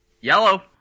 Yellow